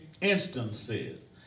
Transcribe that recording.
instances